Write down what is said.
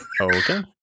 Okay